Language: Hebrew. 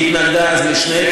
אני ממליץ לך לקרוא את חוות הדעת,